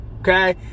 Okay